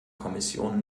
kommission